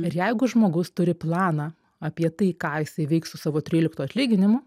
ir jeigu žmogus turi planą apie tai ką jisai veiks su savo tryliktu atlyginimu